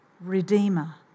Redeemer